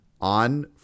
on